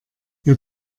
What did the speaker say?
wir